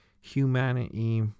humanity